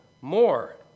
more